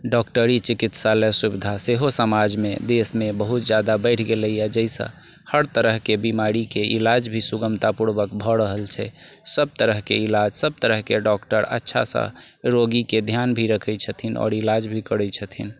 डॉक्टरी चिकित्सालय सुविधा सेहो समाजमे देशमे बहुत जादा बढ़ि गेलैया जाहिसँ हर तरहके बीमारीके इलाज भी सुगमता पूर्वक भऽ रहल छै सभ तरहके इलाज सभ तरहके डॉक्टर अच्छासँ रोगीके ध्यान भी रखैत छथिन आओर इलाज भी करैत छथिन